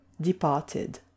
departed